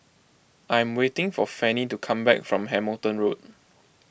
I am waiting for Fannie to come back from Hamilton Road